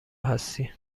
هستی